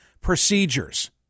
procedures